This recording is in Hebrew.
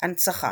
הנצחה